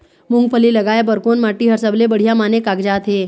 मूंगफली लगाय बर कोन माटी हर सबले बढ़िया माने कागजात हे?